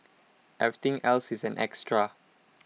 everything else is an extra